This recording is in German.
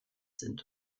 sind